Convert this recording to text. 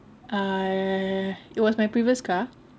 uh it was my previous car